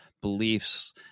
beliefs